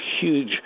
huge